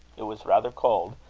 it was rather cold,